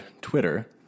Twitter